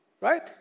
Right